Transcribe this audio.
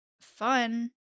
fun